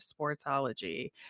Sportsology